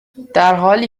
درحالی